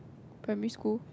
primary school